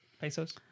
Pesos